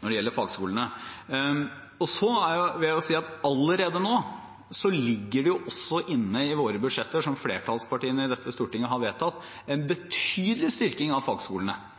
når det gjelder fagskolene. Så vil jeg si at allerede nå ligger det inne i våre budsjetter som flertallspartiene i dette Stortinget har vedtatt, en betydelig styrking av fagskolene.